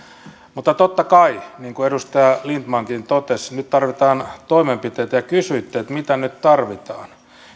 mutta totta kai niin kuin edustaja lindtmankin totesi nyt tarvitaan toimenpiteitä ja kysyitte mitä nyt tarvitaan